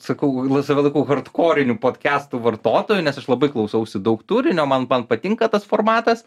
sakau save laikau hardkoriniu podkestų vartotoju nes aš labai klausausi daug turinio man man patinka tas formatas